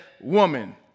woman